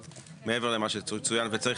ולא התכוון אף אחד.